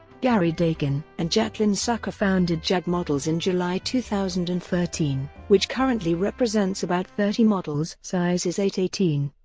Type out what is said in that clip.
gary dakin and jaclyn sarka founded jag models in july two thousand and thirteen, which currently represents about thirty models sizes eight eighteen.